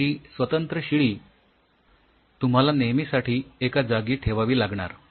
अशी स्वतंत्र शिडी तुम्हाला नेहमीसाठी एका जागी ठेवावी लागणार